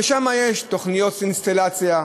ושם יש תוכניות אינסטלציה,